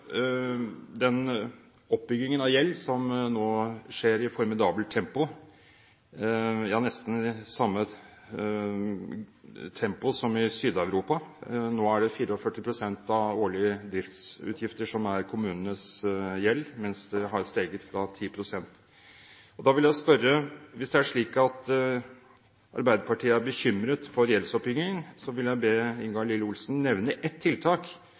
oppbyggingen av gjeld som nå skjer i et formidabelt tempo – nesten samme tempo som i Sør-Europa. Nå er det 44 pst. av de årlige driftsutgiftene som er kommunenes gjeld, og det er en økning fra 10 pst. Mitt spørsmål er da: Hvis det er slik at Arbeiderpartiet er bekymret for gjeldsoppbyggingen, vil jeg be Ingalill Olsen nevne ett tiltak,